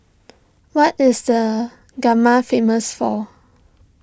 what is the famous for